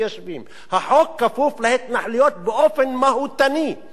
החוק כפוף להתנחלויות באופן מהותני ולא